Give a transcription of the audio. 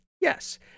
Yes